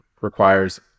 requires